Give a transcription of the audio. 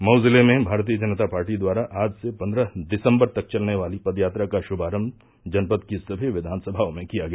मऊ जिले में भारतीय जनता पार्टी द्वारा आज से पन्द्रह दिसम्बर तक चलने वाली पद यात्रा का श्रभारम्म जनपद की समी विधान समाओं में किया गया